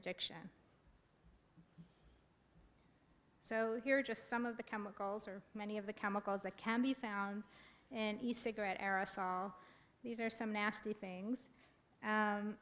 addiction so here are just some of the chemicals or many of the chemicals that can be found and a cigarette aerosol these are some nasty things